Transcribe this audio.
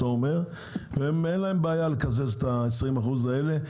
ולהם אין בעיה לקזז את ה-20% האלה,